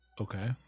Okay